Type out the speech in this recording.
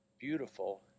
beautiful